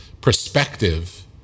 perspective